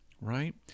right